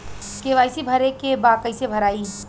KYC भरे के बा कइसे भराई?